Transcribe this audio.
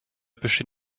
bestehen